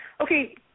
okay